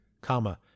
comma